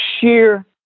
sheer